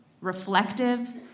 reflective